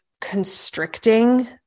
constricting